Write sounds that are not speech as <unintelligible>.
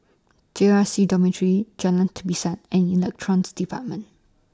J R C Dormitory Jalan Tapisan and Elect <unintelligible> department